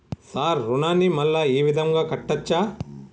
Sir రుణాన్ని మళ్ళా ఈ విధంగా కట్టచ్చా?